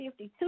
52